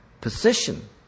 position